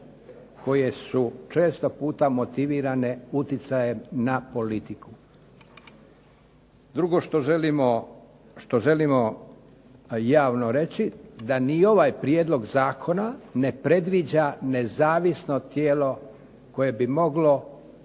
koje su često puta motivirane utjecajem na politiku. Drugo što želimo javno reći, da ni ovaj prijedlog zakona ne predviđa nezavisno tijelo koje bi moglo